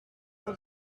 pour